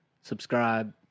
subscribe